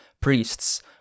priests